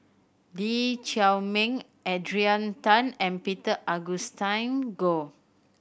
Lee Chiaw Meng Adrian Tan and Peter Augustine Goh